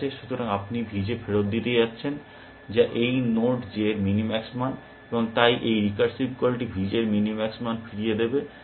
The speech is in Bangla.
সুতরাং আপনি VJ ফেরত দিতে যাচ্ছেন যা এই নোড J এর মিনিম্যাক্স মান এবং তাই এই রিকার্সিভ কলটি V J এর মিনিম্যাক্স মান ফিরিয়ে দেবে